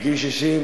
בגיל 60,